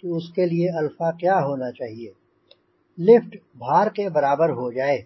कि उसके लिए अल्फा क्या होना चाहिए लिफ्ट भार के बराबर हो जाए